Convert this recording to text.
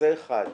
זה אחד.